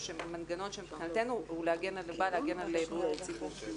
במנגנון שמבחינתנו בא להגן על בריאות הציבור.